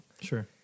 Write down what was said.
sure